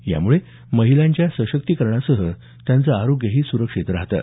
यामुळे महिलांच्या सशक्तीकरणासह त्यांचं आरोग्य सुरक्षित होत आहे